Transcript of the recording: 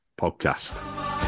podcast